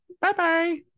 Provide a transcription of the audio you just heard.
bye-bye